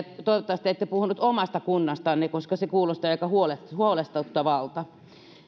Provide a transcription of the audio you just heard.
ja toivottavasti ette puhunut omasta kunnastanne koska se kuulosti aika huolestuttavalta